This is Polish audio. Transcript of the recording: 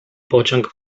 pociąg